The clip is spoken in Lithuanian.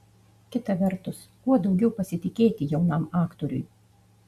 kita vertus kuo daugiau pasitikėti jaunam aktoriui